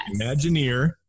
Imagineer